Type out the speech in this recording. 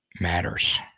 matters